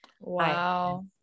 Wow